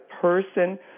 person